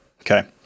Okay